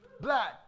black